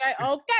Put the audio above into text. Okay